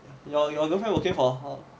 your your girlfriend working for how